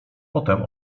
potem